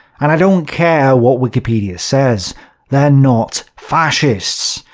and i don't care what wikipedia says they're not fascists.